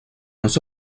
los